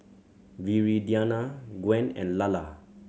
Viridiana Gwen and Lalla